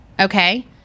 okay